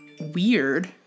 weird